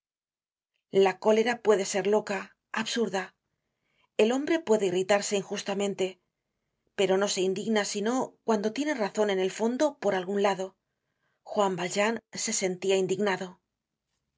la cólera puede ser loca absurda el hombre puede irritarse injustamente pero no se indigna sino cuando tiene razon en el fondo por algun lado juan valjean se sentía indignado